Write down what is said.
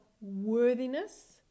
worthiness